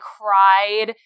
cried